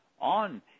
on